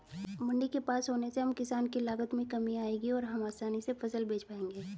मंडी के पास होने से हम किसान की लागत में कमी आएगी और हम आसानी से फसल बेच पाएंगे